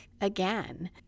again